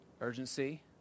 Urgency